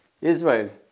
Israel